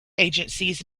agencies